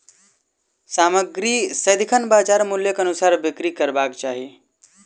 सामग्री सदिखन बजार मूल्यक अनुसार बिक्री करबाक चाही